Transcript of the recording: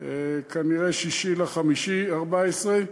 כנראה זה 6 במאי 2014,